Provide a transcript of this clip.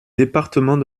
département